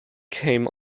came